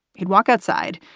he'd walk outside,